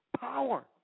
power